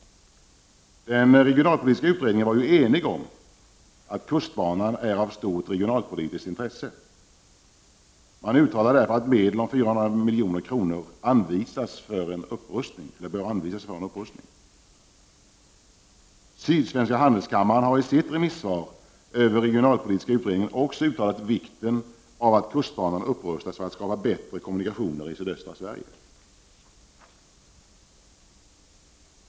Den regionalpolitiska utredningen var ju enig om att kustbanan är av stort regionalpolitiskt intresse. Man uttalar därför att medel om 400 milj.kr. bör anvisas för en upprustning. Sydsvenska handelskammaren har i sitt remissvar över regionalpolitiska utredningen också uttalat vikten av att kustbanan upprustas för att skapa bättre kommunikationer i sydöstra Sverige.